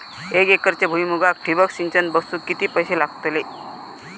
एक एकरच्या भुईमुगाक ठिबक सिंचन बसवूक किती पैशे लागतले?